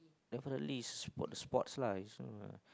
definitely is what the sports lah this one